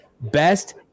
best